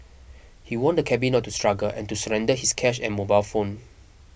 he warned the cabby not to struggle and to surrender his cash and mobile phone